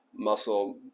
muscle